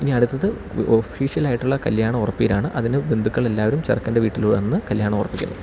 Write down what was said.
ഇനി അടുത്തത് ഓഫീഷ്യൽ ആയിട്ടുള്ള കല്യാണം ഉറപ്പീരാണ് അതിന് ബന്ധുക്കൾ എല്ലാവരും ചെറുക്കൻ്റെ വീട്ടില് വന്ന് കല്യാണം ഉറപ്പിക്കുന്നു